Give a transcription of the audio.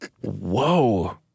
Whoa